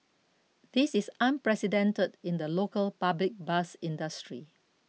this is unprecedented in the local public bus industry